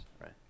right